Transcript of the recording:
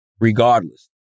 regardless